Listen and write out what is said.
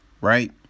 Right